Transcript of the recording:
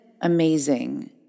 amazing